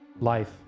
life